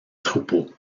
troupeaux